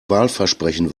wahlversprechen